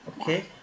Okay